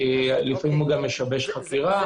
לפעמים גם משבש חקירה.